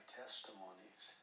testimonies